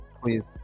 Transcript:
Please